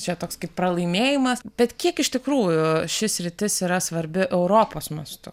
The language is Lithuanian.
čia toks kaip pralaimėjimas bet kiek iš tikrųjų ši sritis yra svarbi europos mastu